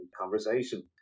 conversation